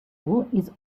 was